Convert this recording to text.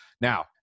Now